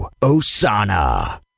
Osana